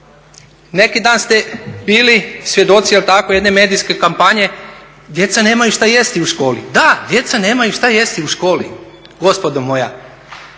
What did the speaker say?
Neki dan ste bili svjedoci jel' tako jedne medijske kampanje, djeca nemaju što jesti u školi. Da, djeca nemaju što jesti u školi gospodo moja.